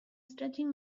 stretching